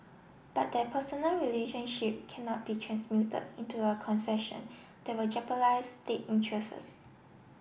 but that personal relationship cannot be transmuted into a concession that will jeopardise state interests